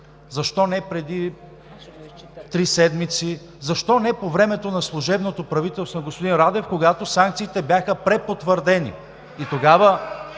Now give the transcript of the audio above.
защо не преди три седмици, защо не по времето на служебното правителство на господин Радев, когато санкциите бяха препотвърдени